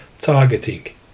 targeting